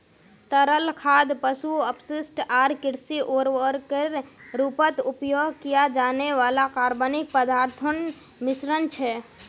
तरल खाद पशु अपशिष्ट आर कृषि उर्वरकेर रूपत उपयोग किया जाने वाला कार्बनिक पदार्थोंर मिश्रण छे